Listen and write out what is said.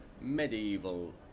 Medieval